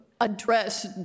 address